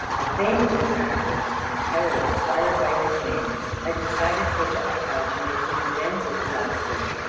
the fame of his exploits and the terror inspired by his name had decided kodja-atar to make some advances to albuquerque,